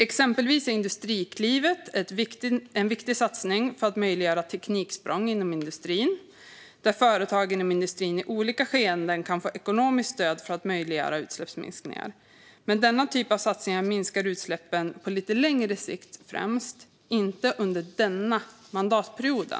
Exempelvis är Industriklivet en viktig satsning för att möjliggöra tekniksprång inom industrin - företag inom industrin kan då i olika skeenden få ekonomiskt stöd för att möjliggöra utsläppsminskningar. Men med denna typ av satsningar minskar utsläppen främst på lite längre sikt, inte under denna mandatperiod.